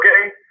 okay